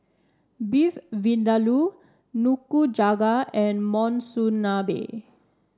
Beef Vindaloo Nikujaga and Monsunabe